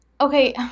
okay